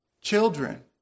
children